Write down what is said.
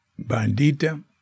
Bandita